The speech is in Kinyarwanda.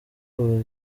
ubu